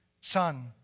Son